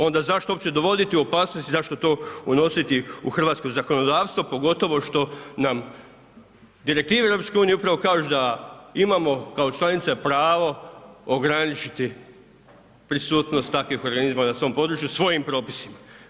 Onda zašto uopće dovoditi u opasnost i zašto to unositi u hrvatsko zakonodavstvo pogotovo što nam direktive EU upravo kažu da imamo kao članica pravo ograničiti prisutnost takvih organizama na svom području svojim propisima.